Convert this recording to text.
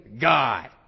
God